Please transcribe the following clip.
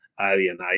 alienate